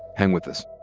hang with us.